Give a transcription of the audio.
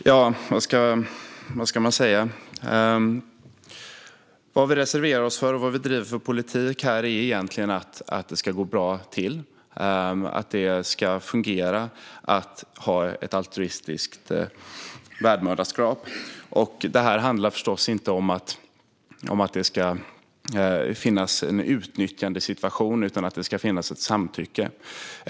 Fru talman! Vad ska man säga? Vad vi reserverar oss för och driver för politik är egentligen att det ska gå bra till. Det ska fungera att ha ett altruistiskt värdmoderskap. Det handlar förstås inte om att det ska finnas en utnyttjandesituation, utan det ska finnas ett samtycke.